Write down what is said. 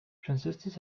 transistors